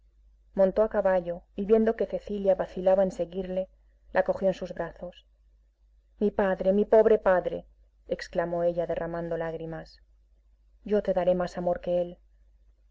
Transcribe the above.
montó a caballo y viendo que cecilia vacilaba en seguirle la cogió en sus brazos mi padre mi pobre padre exclamó ella derramando lágrimas yo te daré más amor que él